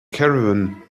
caravan